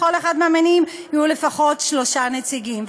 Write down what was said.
לכל אחד מהמינים יהיו לפחות שלושה נציגים,